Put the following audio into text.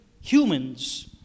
humans